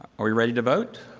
are we ready to vote?